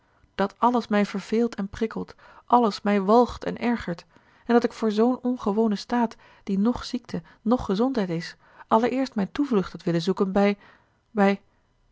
dat alles mij verveelt en prikkelt alles mij walgt en ergert en dat ik voor zoo'n ongewonen staat die noch ziekte noch gezondheid is allereerst mijne toevlucht had willen zoeken bij bij